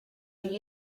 you